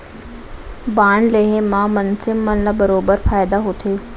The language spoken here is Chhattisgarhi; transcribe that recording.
बांड लेहे म मनसे मन ल बरोबर फायदा होथे